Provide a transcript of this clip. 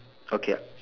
okay ah